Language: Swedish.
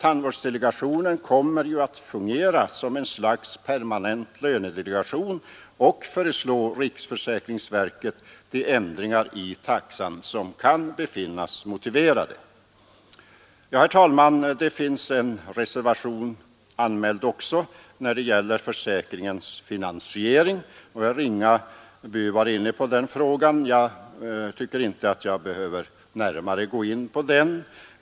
Tandvårdsdelegationen kommer ju att fungera som ett slags permanent lönedelegation och föreslå riksförsäkringsverket de ändringar i taxan som kan befinnas motiverade. Herr talman! Det finns en reservation anmäld också när det gäller försäkringens finansiering, och herr Ringaby tog upp den saken, men jag tycker inte att jag behöver gå närmare in på den.